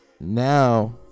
Now